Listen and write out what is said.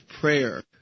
prayer